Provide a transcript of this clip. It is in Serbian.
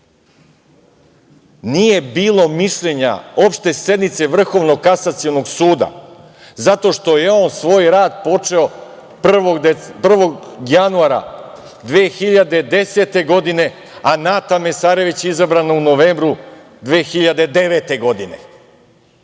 Nije bilo mišljenja opšte sednice Vrhovnog kasacionog suda, zato što je on svoj rad počeo 1. januara 2010. godine, a Nata Mesarević je izabrana u novembru 2009. godine.